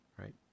right